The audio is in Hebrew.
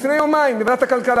לפני יומיים נמסר לוועדת הכלכלה,